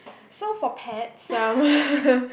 so for pets um